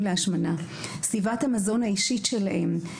להשמנה: סביבת המזון האישית שלהם,